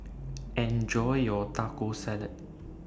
Enjoy your Taco Salad